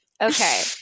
okay